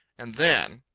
and then